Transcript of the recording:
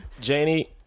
Janie